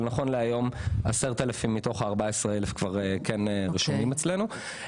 נכון להיום 10,000 מתוך 14,000 כן רשומים אצלנו.